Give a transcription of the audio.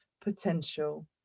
potential